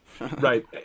Right